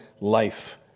life